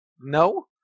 no